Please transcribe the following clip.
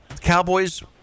Cowboys